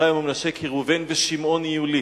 אפרים ומנשה: כראובן ושמעון יהיו לי.